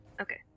Okay